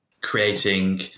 creating